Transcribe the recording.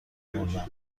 اونم